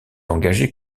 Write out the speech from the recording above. engager